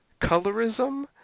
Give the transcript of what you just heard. colorism